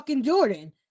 Jordan